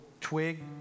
twig